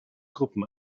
gruppen